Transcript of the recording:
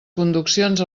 conduccions